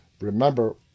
remember